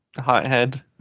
hothead